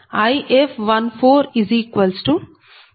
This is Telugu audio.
uIf14 j2